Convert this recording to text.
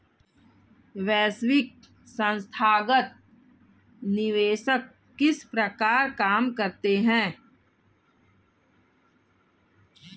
वैश्विक संथागत निवेशक किस प्रकार काम करते हैं?